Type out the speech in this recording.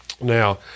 Now